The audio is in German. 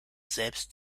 selbst